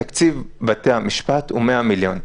תקציב בתי המשפט הוא 100 מיליון.